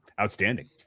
outstanding